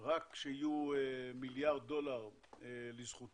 רק כשיהיו מיליארד דולר לזכותה,